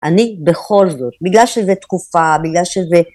אני בכל זאת, בגלל שזו תקופה, בגלל שזה...